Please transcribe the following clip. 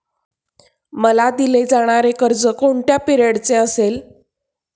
मला दिले जाणारे कर्ज हे कोणत्या पिरियडचे असेल?